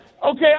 Okay